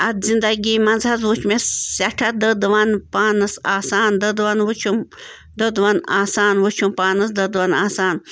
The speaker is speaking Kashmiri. اَتھ زنٛدگی منٛز حظ وٕچھ مےٚ سٮ۪ٹھاہ دٔدوَن پانَس آسان دٔدوَن وٕچھُم دٔدوَن آسان وٕچھُم پانَس دٔدوَن آسان